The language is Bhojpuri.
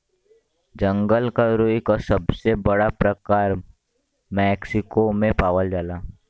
जंगल क रुई क सबसे बड़ा प्रकार मैक्सिको में पावल जाला